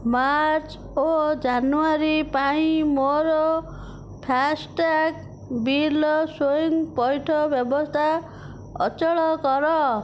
March ଓ January ପାଇଁ ମୋର ଫାସ୍ଟ୍ୟାଗ୍ ବିଲ୍ର ସ୍ଵୟଂ ପଇଠ ବ୍ୟବସ୍ଥା ଅଚଳ କର